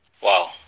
Wow